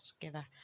together